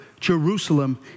Jerusalem